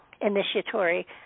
initiatory